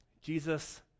Jesus